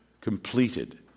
completed